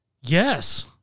Yes